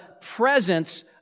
presence